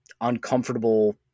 uncomfortable